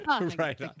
Right